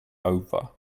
over